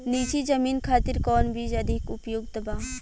नीची जमीन खातिर कौन बीज अधिक उपयुक्त बा?